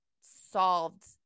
solved